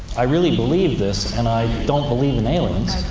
i really believe this, and i don't believe in aliens,